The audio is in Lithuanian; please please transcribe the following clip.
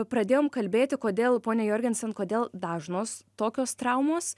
pradėjom kalbėti kodėl ponia jorgensen kodėl dažnos tokios traumos